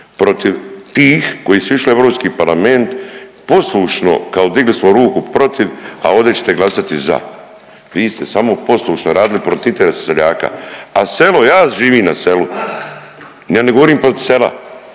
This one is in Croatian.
protiv tih koji su išli u Europski parlament poslušno kao digli smo ruku protiv, a ovdje ćete glasati za. Vi ste samo poslušno radili protiv interesa seljaka, a selo ja živim na selu. Ja ne govorim protiv sela